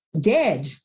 dead